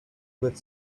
with